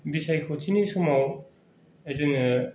बिसायख'थिनि समाव जोङो